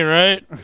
right